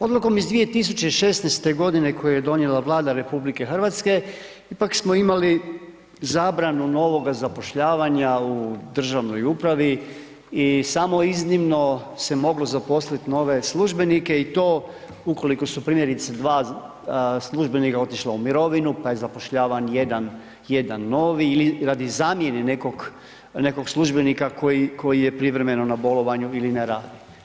Odlukom iz 2016. g. koje je donijela Vlada Republike Hrvatske ipak smo imali zabranu novoga zapošljavanja u državnoj upravi i samo iznimno se moglo zaposliti nove službenike i to ukoliko su primjerice 2 službenika otišla u mirovinu, pa je zaposlen jedan novi ili radi zamjene nekog službenika koji je privremeno na bolovanju ili ne radi.